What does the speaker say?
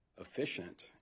efficient